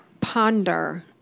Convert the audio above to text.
ponder